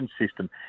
system